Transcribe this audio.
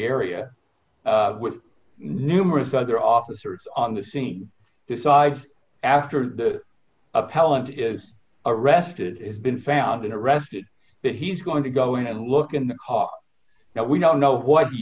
area with numerous other officers on the scene decides after the appellant is arrested is been found and arrested that he's going to go in and look in the car now we don't know what